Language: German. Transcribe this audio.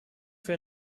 für